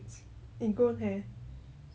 ingrown hair